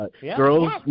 girls